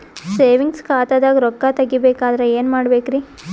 Savings ಖಾತಾದಾಗ ರೊಕ್ಕ ತೇಗಿ ಬೇಕಾದರ ಏನ ಮಾಡಬೇಕರಿ?